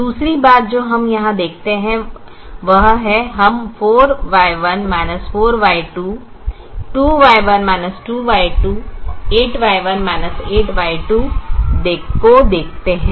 दूसरी बात जो हम यहां देखते हैं वह है हम 4Y1 4Y2 2Y1 2Y2 8Y1 8Y2 देखते हैं